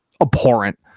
abhorrent